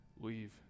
leave